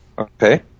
Okay